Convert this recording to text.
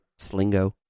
slingo